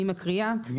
אני רק אגיד,